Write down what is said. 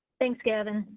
thanks gavin.